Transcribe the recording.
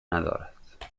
ندارد